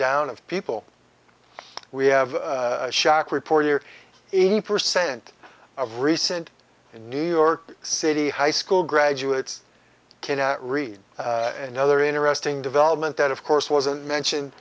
down of people we have shock reporter eighty percent of recent in new york city high school graduates can't read another interesting development that of course wasn't mentioned